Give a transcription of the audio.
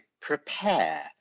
prepare